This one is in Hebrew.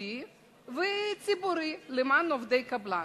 תקשורתי וציבורי למען עובדי הקבלן.